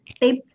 tip